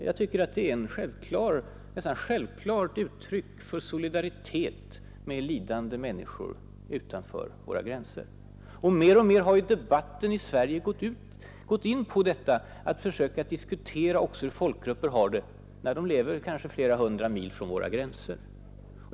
Jag tycker att det är ett självklart uttryck för solidaritet med lidande människor utanför våra gränser. Mer och mer har man ju i debatten i Sverige gått in och diskuterat hur folkgrupper har det också när de lever kanske flera hundra mil från våra gränser.